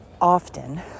Often